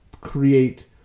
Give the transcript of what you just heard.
create